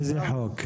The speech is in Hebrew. איזה חוק?